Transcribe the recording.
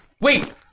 Wait